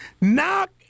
Knock